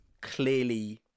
clearly